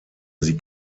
sie